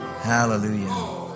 Hallelujah